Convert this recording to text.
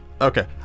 Okay